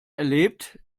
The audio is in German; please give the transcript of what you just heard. erlebt